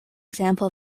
example